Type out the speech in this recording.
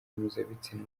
mpuzabitsina